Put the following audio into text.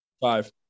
five